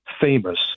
famous